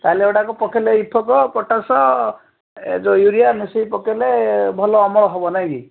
ତାହାଲେ ଏଗୁଡ଼ାକ ପକେଇଲେ ଇଫୋକୋ ପଟାସ ଏ ଯୋଉ ୟୁରିଆ ମିଶେଇକି ପକେଇଲେ ଭଲ ଅମଳ ହେବ ନାଇଁ କି